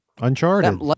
Uncharted